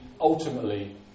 ultimately